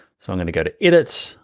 so i'm gonna go to edit,